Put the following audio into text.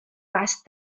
vast